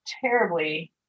terribly